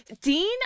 dean